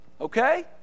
Okay